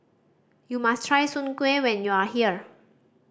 you must try Soon Kueh when you are here